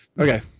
okay